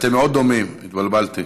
אתם מאוד דומים, התבלבלתי,